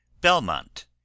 Belmont